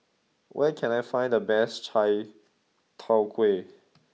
where can I find the best Chai Tow Kuay